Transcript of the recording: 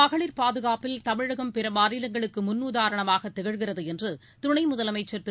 மகளிர் பாதுகாப்பில் தமிழகம் பிறமாநிலங்களுக்குமுன்னுதாரணமாகதிகழ்கிறதுஎன்றுதுணைமுதலமைச்சர் திரு